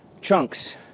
chunks